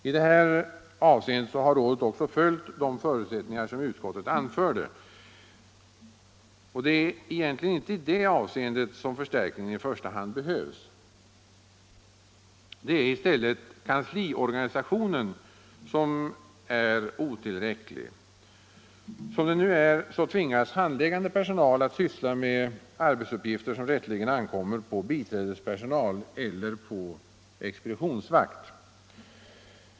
I detta avseende har rådet också följt de förutsättningar som utskottet anförde. Men det är egentligen inte i det avseendet som förstärkningen i första hand behövs. Det är i stället kansliorganisationen som är otillräcklig. Som det nu är tvingas handläggande personal att syssla med arbetsuppgifter som rätteligen ankommer på biträdespersonal eller expeditionsvakt.